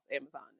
Amazon